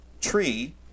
tree